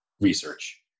research